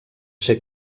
ser